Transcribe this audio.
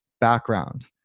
background